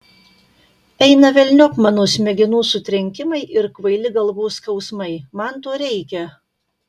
eina velniop mano smegenų sutrenkimai ir kvaili galvos skausmai man to reikia